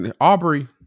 Aubrey